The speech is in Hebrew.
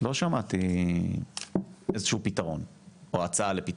לא שמעתי איזשהו פתרון או הצעה לפתרון,